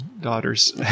daughters